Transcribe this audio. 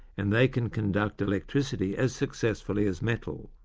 and they can conduct electricity as successfully as metal.